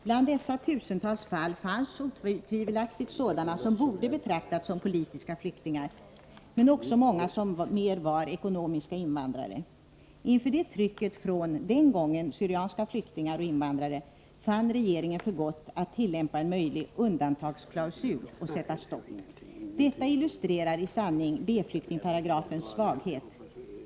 Bland dessa tusentals fall fanns otvivelaktigt sådana som borde betraktats som politiska flyktingar, men också många som mer var ekonomiska invandrare. Inför det trycket — den gången från syrianska flyktingar/ invandrare — fann regeringen för gott att tillämpa en möjlig undantagsklausul och sätta stopp. Detta illustrerar i sanning B-flyktingparagrafens svaghet.